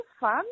fun